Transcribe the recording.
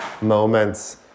moments